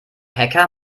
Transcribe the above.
hacker